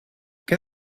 can